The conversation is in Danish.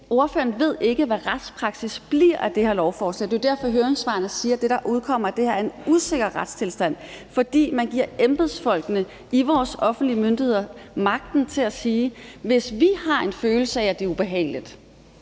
Ordføreren ved ikke, hvad retspraksis bliver af det her lovforslag, og det er derfor, at udkommet af høringssvarene er, at det her er en usikker retstilstand, fordi man giver embedsfolkene i vores offentlige myndigheder magten til at sige, at hvis vi har en følelse af, det er ubehageligt,